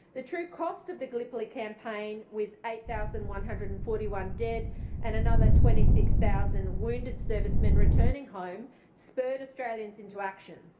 the true costs of the gallipoli campaign with eight thousand one hundred and forty one dead and another twenty six thousand wounded servicemen returning home spurred australians into action.